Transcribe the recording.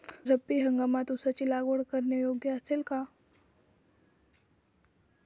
रब्बी हंगामात ऊसाची लागवड करणे योग्य असेल का?